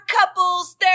couples